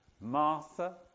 Martha